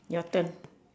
your turn